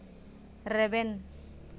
ᱨᱮᱵᱮᱱ